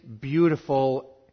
beautiful